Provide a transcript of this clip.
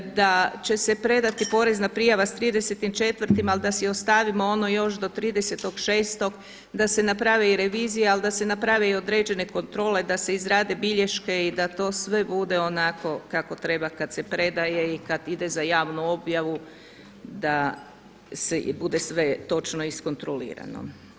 Da će se predati porezna prijava sa 30.4. ali da si ostavimo ono još do 30.6., da se napravi i revizija, ali da se naprave i određene kontrole, da se izrade bilješke i da to sve bude onako kako treba kad se predaje i kad ide za javnu objavu da se bude sve točno iskontrolirano.